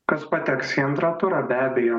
kas pateks į antrą turą be abejo